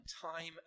time